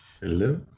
Hello